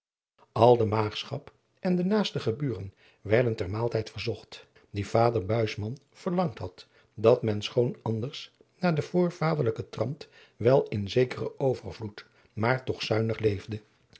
al de maagschap en de naaste geburen werden ter maaltijd verzocht die vader buisman verlangd had dat men schoon anders naar den voorvaderlijken trant wel in zekeren overvloed maar toch zuinig leefde